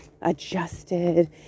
adjusted